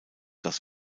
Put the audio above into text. das